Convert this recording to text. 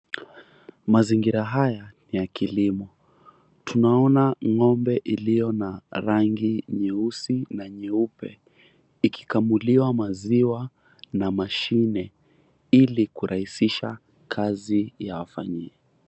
Mazingira haya ni ya kilimo. Tunaona ng'ombe iliyo na rangi nyeusi na nyeupe ikikamuliwa maziwa na mashine, ili kurahisisha kazi ya wafanyikazi.